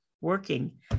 working